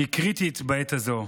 שהוא קריטי בעת הזאת.